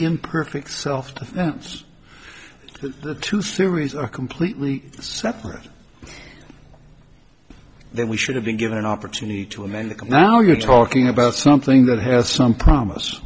imperfect self defense the two series are completely separate then we should have been given an opportunity to amend the can now you're talking about something that has some promise